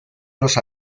los